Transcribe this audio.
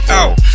out